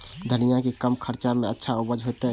धनिया के कम खर्चा में अच्छा उपज होते?